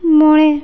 ᱢᱚᱬᱮ